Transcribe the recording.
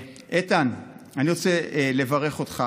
אני רוצה לברך אותך